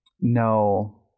No